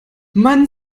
man